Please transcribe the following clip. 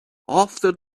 after